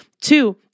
Two